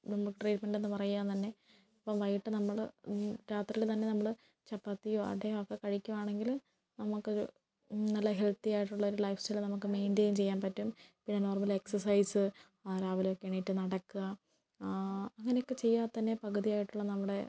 നമുക്ക് ട്രീറ്റ്മെന്റന്ന് പറയാൻ തന്നെ ഇപ്പം വൈകിട്ട് നമ്മൾ രാത്രിയിൽ തന്നെ നമ്മൾ ചപ്പാത്തിയോ അടയോ ഒക്കെ കഴിക്കുവാണെങ്കിൽ നമുക്കൊരു നല്ല ഹെൽത്തിയായിട്ടുള്ളൊരു ലൈഫ്സ്റ്റൈല് നമുക്ക് മെയിന്റയിൻ ചെയ്യാൻ പറ്റും പിന്നെ നോർമൽ എക്സർസൈസ് ആ രാവിലൊക്കെ എണീറ്റ് നടക്കുക അങ്ങനെയൊക്കെ ചെയ്താൽ തന്നെ പകുതിയായിട്ടുള്ള നമ്മുടെ